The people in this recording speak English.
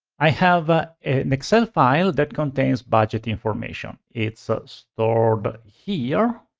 i have an excel file that contains budget information. it's ah stored but here,